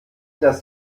das